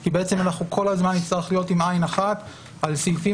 כי כל הזמן נצטרך להיות עם עין אחת על סעיפים